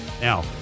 Now